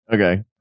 Okay